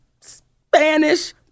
Spanish